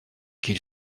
qu’il